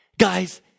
Guys